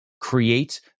create